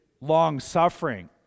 long-suffering